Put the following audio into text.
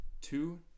two